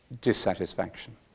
dissatisfaction